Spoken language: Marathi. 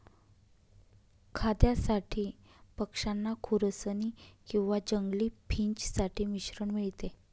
खाद्यासाठी पक्षांना खुरसनी किंवा जंगली फिंच साठी मिश्रण मिळते